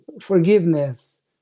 forgiveness